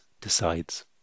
decides